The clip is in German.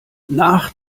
nach